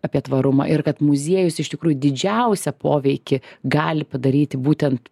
apie tvarumą ir kad muziejus iš tikrųjų didžiausią poveikį gali padaryti būtent